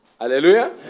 Hallelujah